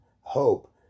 Hope